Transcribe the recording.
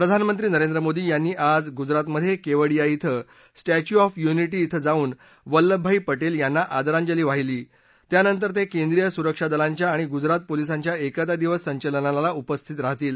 प्रधानमंत्री नरेंद्र मोदी यांनी आज गुजरातमध्ये केवाडिया इथं स्टॅंचू ऑफ युनिटी इथं जाऊन वल्लभभाई पटेल यांना आदरांजली वाहिली त्यानंतर ते केंद्रीय सुरक्षा दलांच्या आणि गुजरात पोलिसांच्या एकता दिवस संचलनाला उपस्थित राहतील